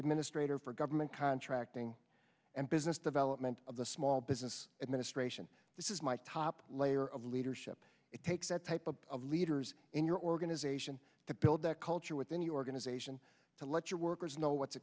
administrator for government contracting and business development of the small business administration this is my layer of leadership it takes that type of leaders in your organization to build that culture within your organization to let your workers know what